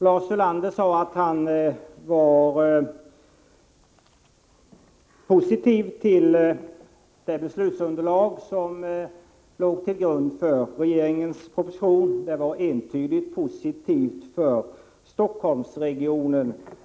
Lars Ulander sade att han var positiv till det beslutsunderlag som låg till grund för regeringens proposition — det var entydigt positivt för Stockholmsregionen.